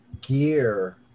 gear